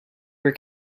her